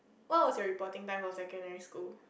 what was your reporting time for secondary school